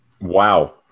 Wow